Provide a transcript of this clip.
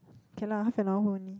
can lah half an hour only